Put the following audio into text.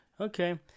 okay